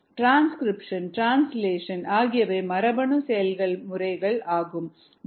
transcription translation ஆகியவை மரபணு செயல்முறைகள் ஆகும் டி